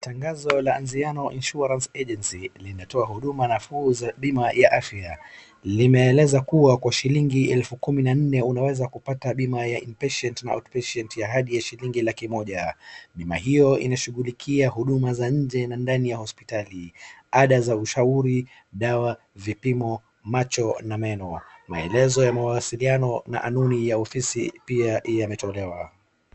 Tangazo la ANZIANO INSURANCE AGENCY linatoa huduma nafuu za bima ya afya. Limeeleza kuwa kwa shillingi elfu kumi na nne unaweza kupata bima ya inpatient na outpatient services ya hali shilingi laki moja .Na hiyo inashughulikia huduma za nje na ndani ya hospitalini. Ada za ushauri, dawa vipimo, macho na meno maelezo ya mawasiliano na kanuni ya ofisi pia imetolewa.